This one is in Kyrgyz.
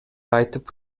айтып